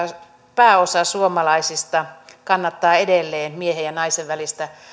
pääosa suomalaisista kannattaa edelleen miehen ja naisen välistä